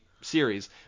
series